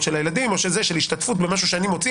של הילדים או השתתפות במה שאני מוציא.